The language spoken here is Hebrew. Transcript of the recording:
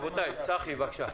צחי, בבקשה.